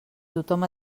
tothom